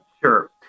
Sure